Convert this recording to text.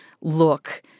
look